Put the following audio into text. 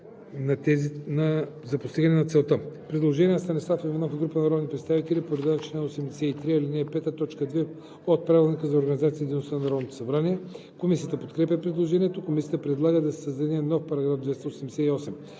за постигане на целта;“